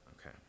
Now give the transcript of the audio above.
Okay